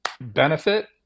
benefit